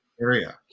area